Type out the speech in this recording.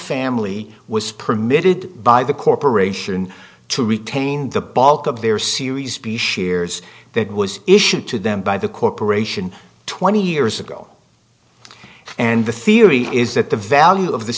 family was permitted by the corporation to retain the bulk of their series b shares that was issued to them by the corporation twenty years ago and the theory is that the value of the